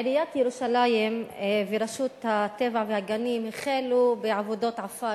עיריית ירושלים ורשות הטבע והגנים החלו בעבודות עפר